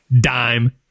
dime